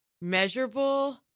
measurable